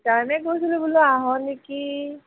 সেইকাৰণেই কৈছিলোঁ বোলো আহ নেকি